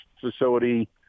facility